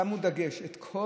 שמו דגש על כל